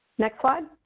next slide.